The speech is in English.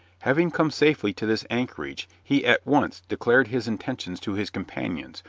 having come safely to this anchorage, he at once declared his intentions to his companions,